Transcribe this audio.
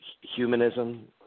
humanism